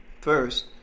First